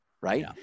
right